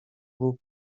był